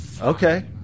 Okay